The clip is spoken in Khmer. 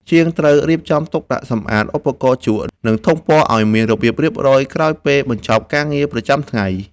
ជាងត្រូវរៀបចំទុកដាក់សម្អាតឧបករណ៍ជក់ និងធុងពណ៌ឱ្យមានរបៀបរៀបរយក្រោយពេលបញ្ចប់ការងារប្រចាំថ្ងៃ។